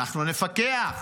אנחנו נפקח.